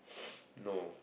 no